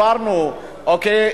אוקיי,